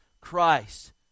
Christ